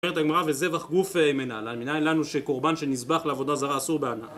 אומרת הגמרא זבח גופיה מנלן, מניין לנו שקורבן שנזבח לעבודה זרה אסור בהנאה